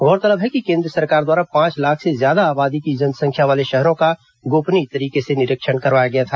गौरतलब है कि केंद्र सरकार द्वारा पांच लाख से ज्यादा आबादी की जनसंख्या वाले शहरों का गोपनीय तरीके से निरीक्षण करवाया गया था